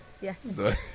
Yes